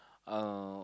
uh